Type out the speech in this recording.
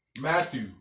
Matthew